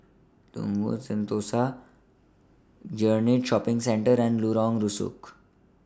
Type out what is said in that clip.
Sentosa Greenridge Shopping Centre and Lorong Rusuk